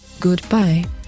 Goodbye